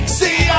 see